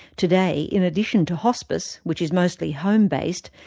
today, in addition to hospice, which is mostly home-based,